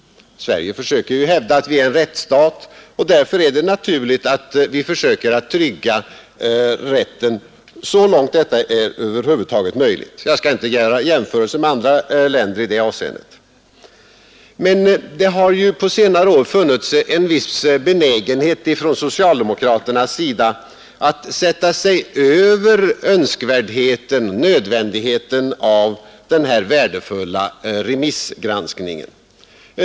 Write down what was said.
Vi försöker ju i Sverige hävda att vårt land är en rättsstat, och därför är det naturligt att vi också försöker göra rättsreglerna så betryggande som det över huvud taget är möjligt. Jag skall inte nu göra jämförelser med övriga länder i detta hänseende, men det har under senare år funnits en viss benägenhet hos socialdemokraterna att sätta sig över den värdefulla och nödvändiga remissgranskningen.